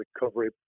recovery